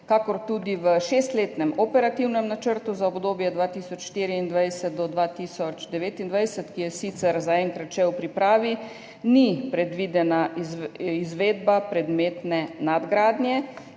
kakor tudi v šestletnem operativnem načrtu za obdobje od 2024 do 2029, ki je sicer zaenkrat še v pripravi, ni predvidena izvedba predmetne nadgradnje,